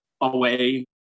away